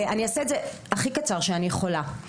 אני אעשה את זה הכי קצר שאני יכולה.